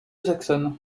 saxonne